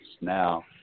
now